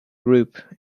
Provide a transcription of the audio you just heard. group